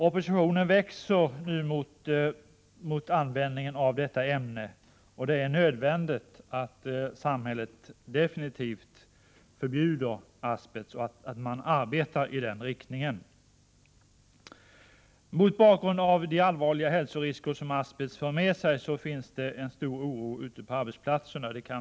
Oppositionen växer nu mot användningen av detta ämne, och det är nödvändigt att man arbetar i riktning mot att samhället definitivt förbjuder asbest. Mot bakgrund av de allvarliga hälsorisker som asbest för med sig finns det en stor oro på arbetsplatserna.